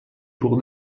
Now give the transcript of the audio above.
pour